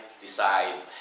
decide